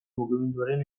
mugimenduaren